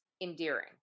endearing